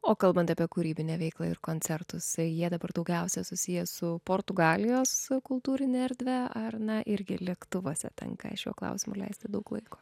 o kalbant apie kūrybinę veiklą ir koncertus jie dabar daugiausia susiję su portugalijos kultūrine erdve ar na irgi lėktuvuose tenka šiuo klausimu leisti daug laiko